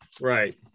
Right